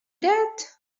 that